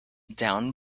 down